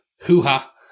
hoo-ha